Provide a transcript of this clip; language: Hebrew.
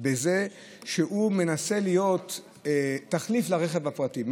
בזה שהוא מנסה להיות תחליף לרכב הפרטי.